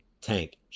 Tank